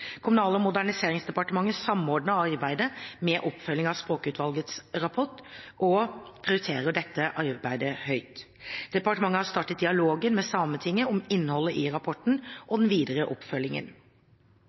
Kommunal- og moderniseringsdepartementet samordner arbeidet med oppfølging av språkutvalgets rapport og prioriterer dette arbeidet høyt. Departementet har startet dialogen med Sametinget om innholdet i rapporten og